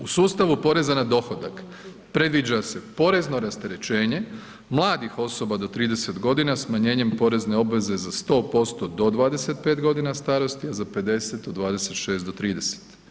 U sustavu poreza na dohodak predviđa se porezno rasterećenje mladih osoba do 30 godina smanjenjem porezne obveze za 100% do 25 godina starosti, a za 50 od 26 do 30.